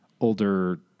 older